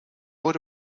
would